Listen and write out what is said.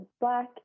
Black